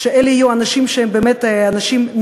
שאלה יהיו אנשים שהם באמת מקצוענים,